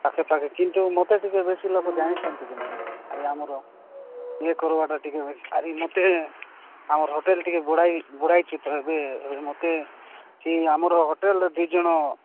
ପାଖେ ପାଖେ କିନ୍ତୁ ମୋତେ ଟିକେ ବେଶୀ ଲୋକ ଜାଣିଛନ୍ତି କି ନାହିଁ ଆରେ ଆମର ଇଏ କରିବାଟା ଟିକେ ଆରି ମୋତେ ଆମର ହୋଟେଲ ଟିକେ ଏବେ ମୋତେ ସେ ଆମର ହୋଟେଲର ଦୁଇ ଜଣ